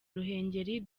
ruhengeri